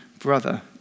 Brother